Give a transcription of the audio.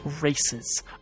races